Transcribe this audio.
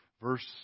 Verse